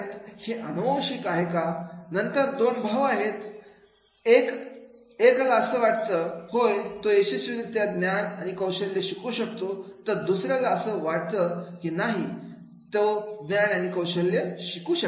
हे अनुवंशिक आहे का नंतर दोन भाऊ आहेत एक आला असं वाटतं होय तो यशस्वीरीत्या ज्ञान आणि कौशल्य शिकू शकतो तर दुसऱ्याला असं वाटतं नाही मी ज्ञान आणि कौशल्य नाही शिकू शकत